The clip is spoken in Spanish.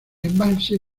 embalse